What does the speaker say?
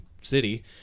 city